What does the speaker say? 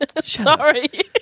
sorry